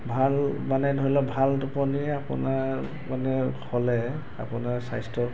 ভাল মানে ধৰি লওক ভাল টোপনিয়ে আপোনাৰ মানে হ'লে আপোনাৰ স্বাস্থ্যক